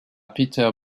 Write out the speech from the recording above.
pieter